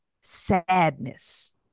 sadness